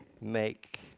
make